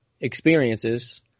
experiences